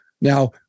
Now